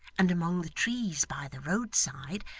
and among the trees by the road side,